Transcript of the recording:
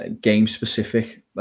game-specific